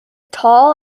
tall